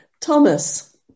Thomas